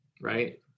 right